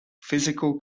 physical